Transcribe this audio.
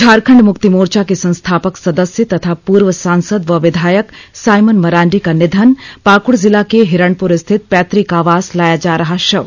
झारखंड मुक्ति मोर्चा के संस्थापक सदस्य तथा पूर्व सांसद व विधायक साइमन मरांडी का निधन पाकड जिला के हिरणपुर स्थित पैतुक आवास लाया जा रहा शव